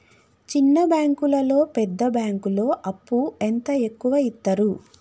చిన్న బ్యాంకులలో పెద్ద బ్యాంకులో అప్పు ఎంత ఎక్కువ యిత్తరు?